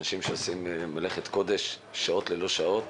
אנשים שעושים מלאכת קודש, שעות ללא שעות.